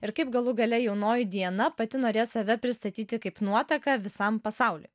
ir kaip galų gale jaunoji diana pati norės save pristatyti kaip nuotaką visam pasauliui